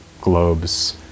globes